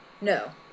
No